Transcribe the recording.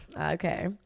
Okay